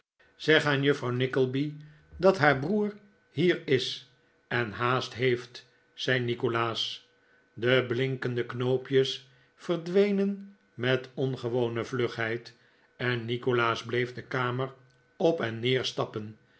zeg aan juffrouw nickleby dat haar broer hier is en haast heeft zei nikolaas de blinkende knoopjes verdwenen met ongewone vlugheid en nikolaas bleef de kamer op en neer stappen